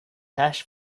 hash